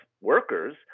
workers